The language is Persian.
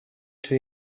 توی